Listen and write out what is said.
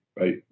right